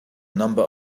number